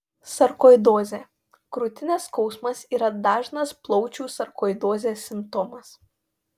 sarkoidozė krūtinės skausmas yra dažnas plaučių sarkoidozės simptomas